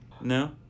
No